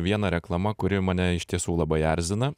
viena reklama kuri mane iš tiesų labai erzina